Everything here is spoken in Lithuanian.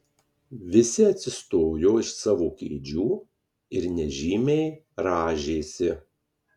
visi atsistojo iš savo kėdžių ir nežymiai rąžėsi